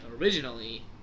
originally